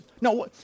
No